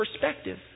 perspective